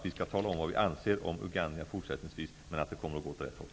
Vi skall tala om vad vi anser om Uganda fortsättningsvis, men det kommer att gå åt rätt håll.